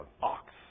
ox